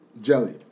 jelly